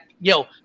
yo